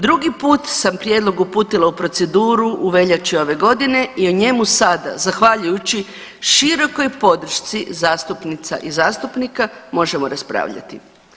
Drugi put sam prijedlog uputila u proceduru u veljači ove godine i o njemu sada zahvaljujući širokoj podršci zastupnica i zastupnika možemo raspravljati.